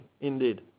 indeed